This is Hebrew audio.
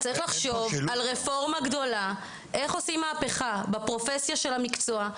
אז צריך לחשוב על רפורמה גדולה איך עושים מהפכה בפרופסיה של המקצוע,